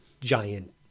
giant